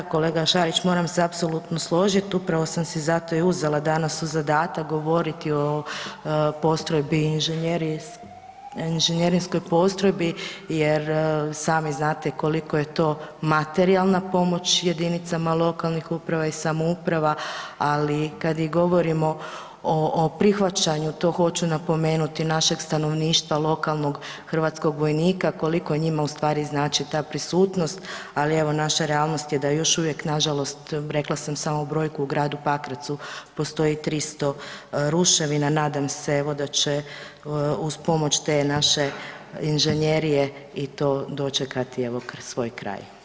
Da kolega Šarić, moram se apsolutno služit upravo sam si zato i uzela danas u zadata govoriti o postrojbi inžinjerije, inžinjerinskoj postrojbi jer sami znate koliko je to materijalna pomoć jedinicama lokalne uprava i samouprava, ali kad i govorimo i o prihvaćanju to hoću napomenuti našeg stanovništva lokalnog hrvatskog vojnika koliko njima u stvari znači ta prisutnost, ali evo naša realnost je da još uvijek nažalost rekla sam samo brojku u gradu Pakracu postoji 300 ruševina, nadam se evo da će uz pomoć te naše inženjerije i to dočekati evo svoj kraj.